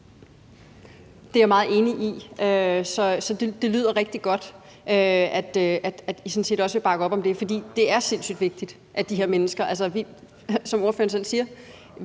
Det er jeg meget enig i, så det lyder rigtig godt, at I sådan set også vil bakke op om det. For det er sindssygt vigtigt i forhold til de her mennesker. Som ordføreren selv siger: